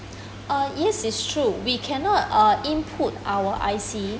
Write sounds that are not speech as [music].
[breath] uh yes it's true we cannot uh input our I_C